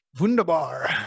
Wunderbar